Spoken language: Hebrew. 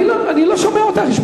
אתה שומע אותי.